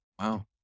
Wow